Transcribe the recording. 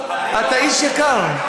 אתה איש יקר.